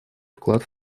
вклад